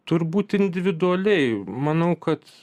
turbūt individualiai manau kad